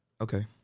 okay